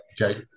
okay